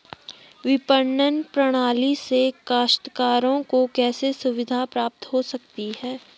विपणन प्रणाली से काश्तकारों को कैसे सुविधा प्राप्त हो सकती है?